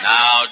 Now